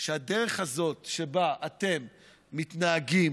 שהדרך הזאת שבה אתם מתנהגים,